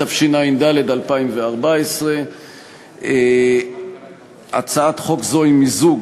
התשע"ד 2014. הצעת חוק זו היא מיזוג